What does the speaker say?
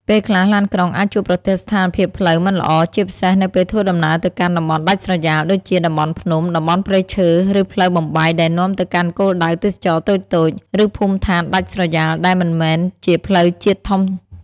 ពេលខ្លះ ឡានក្រុងអាចជួបប្រទះស្ថានភាពផ្លូវមិនល្អ ជាពិសេសនៅពេលធ្វើដំណើរទៅកាន់ តំបន់ដាច់ស្រយាល ដូចជាតំបន់ភ្នំ តំបន់ព្រៃឈើ ឬផ្លូវបំបែកដែលនាំទៅកាន់គោលដៅទេសចរណ៍តូចៗ ឬភូមិឋានដាច់ស្រយាលដែលមិនមែនជាផ្លូវជាតិធំ។